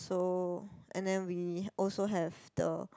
so and then we also have the